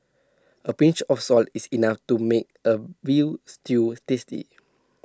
A pinch of salt is enough to make A Veal Stew tasty